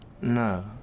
No